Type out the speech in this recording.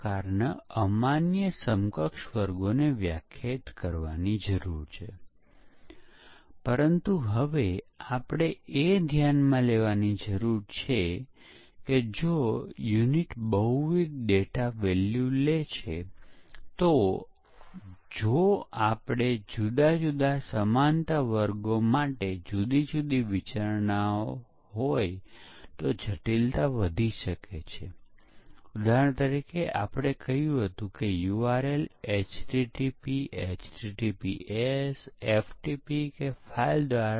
કારણ કે કોડમાં બગ હતો જે શોધી કાઢવામાં આવ્યો હતો અને જો તમે ભૂલ કેવી રીતે થઈ તેની વિગતો તરફ ધ્યાન આપશો તો તમે જોશો કે તે અગાઉના કોડના ફરીથી ઉપયોગને કારણે હતું પરંતુ તે પછીનું મશીન જે એક જૂનું મશીન હતું તે ઓછા શક્તિશાળી પ્રોસેસરનો ઉપયોગ કરી રહ્યું હતું અને તે પછી જ્યારે તે નવી મશીન માટે બનાવેલ નંબર ઓવર ફ્લોનું કારણ બન્યું કેમકે તે 64 બીટ પ્રોસેસર હતું